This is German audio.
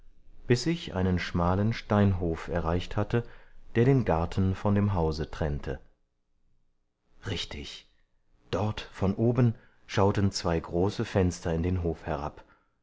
bis ich einen schmalen steinhof erreicht hatte der den garten von dem hause trennte richtig dort von oben schauten zwei große fenster in den hof herab